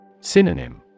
Synonym